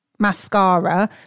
Mascara